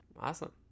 Awesome